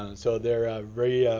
and so, they're very.